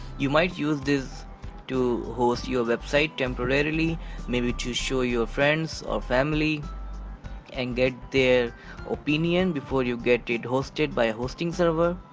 you might use this to host your website temporarily maybe to show your friends or family and get their opinion before you get it hosted by a hosting server.